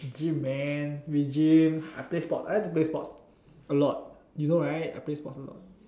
gym and we gym I play sport I like to play sport a lot you know right I like to play sport